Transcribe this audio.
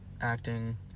acting